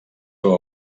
veu